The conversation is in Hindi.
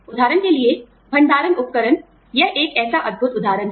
उदाहरण के लिए भंडारण उपकरण यह एक ऐसा अद्भुत उदाहरण है